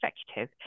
executive